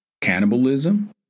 cannibalism